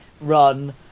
run